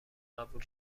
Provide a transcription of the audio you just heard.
قبول